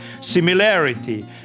similarity